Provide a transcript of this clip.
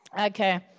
Okay